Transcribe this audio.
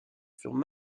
furent